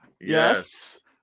Yes